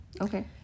Okay